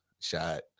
shot